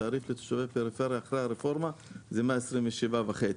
תעריף ליישובי פריפריה אחרי הרפורמה זה 127.5,